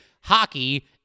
hockey